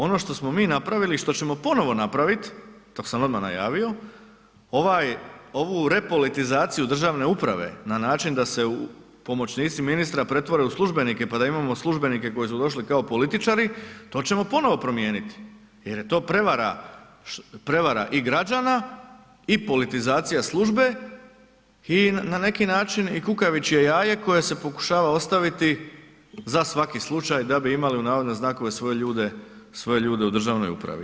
Ono što smo mi napravili i što ćemo ponovno napraviti, to sam odmah najavio, ovu repolitizaciju državne upravo na način da se pomoćnici ministra pretvore u službenike pa da imamo službenike koji su došli kao političari, to ćemo ponovno promijeniti jer je to prevara i građana i politizacija službe i na neki način kukavičje jaje koje se pokušava ostaviti za svaki slučaju da bi imali „svoje ljude“ u državnoj upravi.